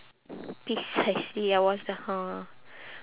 precisely I was like !huh!